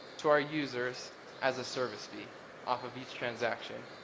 to our users as a service fee off of each transaction.